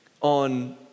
on